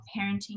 parenting